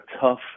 tough